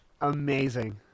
Amazing